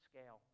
scale